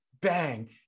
bang